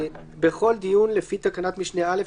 (ב)בכל דיון לפי תקנת משנה (א),